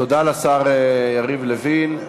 תודה לשר יריב לוין.